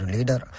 Leader